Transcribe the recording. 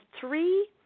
three